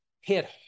hit